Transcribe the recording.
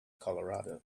colorado